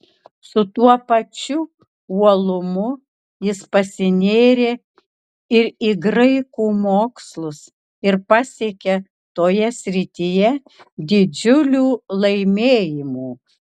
su tuo pačiu uolumu jis pasinėrė ir į graikų mokslus ir pasiekė toje srityje didžiulių laimėjimų